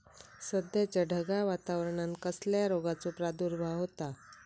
सध्याच्या ढगाळ वातावरणान कसल्या रोगाचो प्रादुर्भाव होता?